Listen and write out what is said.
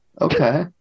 Okay